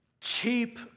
cheap